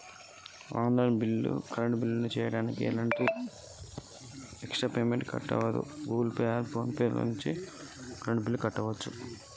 మేము కరెంటు బిల్లును online నుంచి చేయచ్చా? దానికి ఎలా చేయాలి? పేమెంట్ చేయాలంటే ఏమైనా చార్జెస్ కట్ అయితయా?